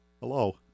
Hello